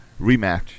rematch